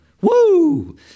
Woo